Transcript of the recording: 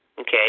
okay